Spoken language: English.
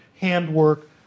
handwork